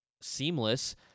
seamless